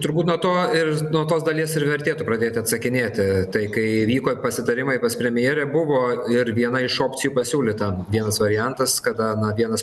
turbūt nuo to ir nuo tos dalies ir vertėtų pradėti atsakinėti tai kai vyko pasitarimai pas premjerą buvo ir viena iš opcijų pasiūlyta vienas variantas kada na vienas